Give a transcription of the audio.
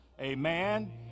Amen